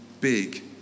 big